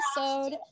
episode